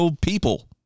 people